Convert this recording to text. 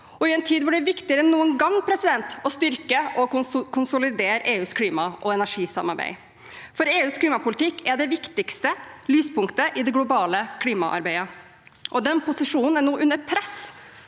og i en tid hvor det er viktigere enn noen gang å styrke og konsolidere EUs klima og energisamarbeid. EUs klimapolitikk er det viktigste lyspunktet i det globale klimaarbeidet, og den posisjonen er nå under press